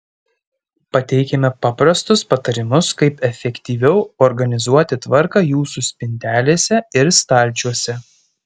pateikiame paprastus patarimus kaip efektyviau organizuoti tvarką jūsų spintelėse ir stalčiuose